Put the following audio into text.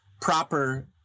proper